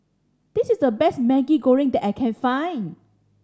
this is the best Maggi Goreng that I can find